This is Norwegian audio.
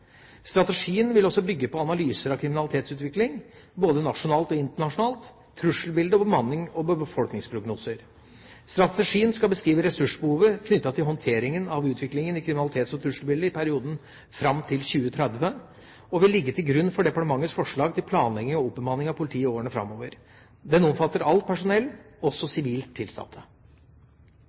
Strategien vil også bygge på analyser av kriminalitetsutvikling, både nasjonalt og internasjonalt, trusselbilde og bemannings- og befolkningsprognoser. Strategien skal beskrive ressursbehovet knyttet til håndtering av utviklingen i kriminalitets- og trusselbildet i perioden fram til 2030 og vil ligge til grunn for departementets forslag til planlegging og oppbemanning av politiet i årene framover. Den omfatter alt personell, også sivilt tilsatte.